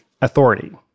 authority